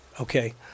Okay